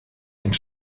einen